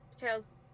tails